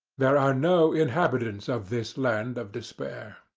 there are no inhabitants of this land of despair.